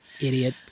Idiot